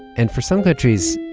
and for some countries,